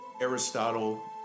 Aristotle